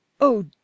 Oh